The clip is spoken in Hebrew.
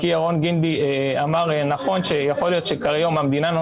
כי ירון גינדי אמר נכון שיכול להיות שכרגע המדינה לא